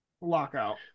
lockout